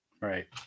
right